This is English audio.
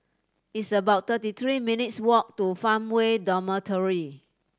it's about thirty three minutes' walk to Farmway Dormitory